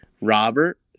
Robert